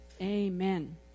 Amen